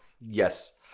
Yes